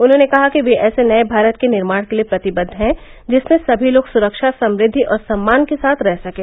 उन्होंने कहा कि वे ऐसे नये भारत के निर्माण के लिए प्रतिबद्द है जिसमें सभी लोग सुरक्षा समृद्धि और सम्मान के साथ रह सकें